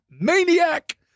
maniac